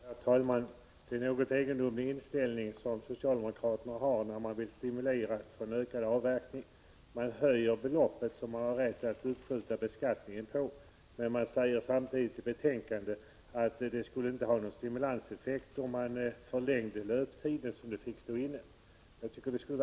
Herr talman! Det är en något egendomlig inställning som socialdemokraterna visar när de vill stimulera till en ökad avverkning: de höjer det belopp som man har rätt att uppskjuta beskattningen av men säger samtidigt i betänkandet att det inte skulle ha någon stimulanseffekt om man förlängde löptiden, den tid det får stå inne.